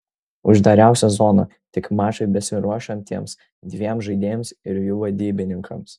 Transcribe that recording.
uždariausia zona tik mačui besiruošiantiems dviem žaidėjams ir jų vadybininkams